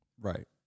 Right